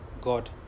God